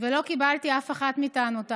ולא קיבלתי אף אחת מטענותיו.